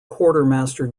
quartermaster